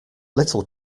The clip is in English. little